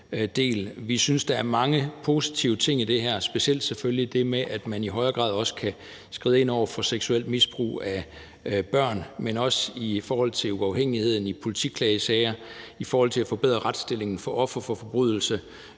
Vi synes, der er mange positive ting i det her, selvfølgelig specielt det med, at man i højere grad kan skride ind over for seksuelt misbrug af børn, men også i forhold til uafhængigheden i politiklagesager, i forhold til at forbedre retsstillingen for ofre for forbrydelser